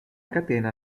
catena